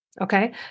okay